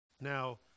Now